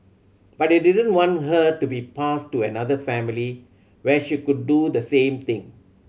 but I didn't want her to be passed to another family where she could do the same thing